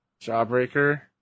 Jawbreaker